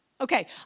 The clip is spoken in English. okay